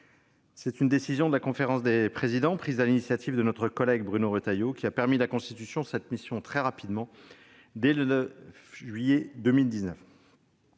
C'est une décision de la conférence des présidents, prise sur l'initiative de notre collègue Bruno Retailleau, qui a permis la constitution de cette mission très rapidement, dès le 9 juillet 2019.